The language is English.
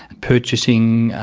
purchasing,